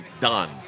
done